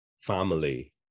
family